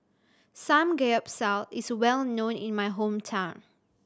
samgeyopsal is well known in my hometown